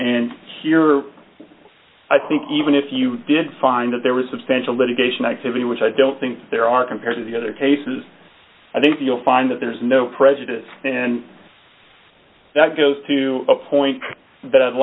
and here i think even if you did find that there was substantial litigation activity which i don't think there are compared to the other cases i think you'll find that there's no prejudice and that goes to a point that i'd